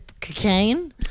cocaine